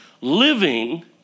living